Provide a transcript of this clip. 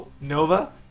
Nova